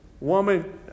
woman